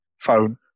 phone